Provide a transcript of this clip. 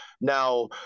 Now